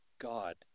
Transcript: God